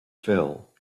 fell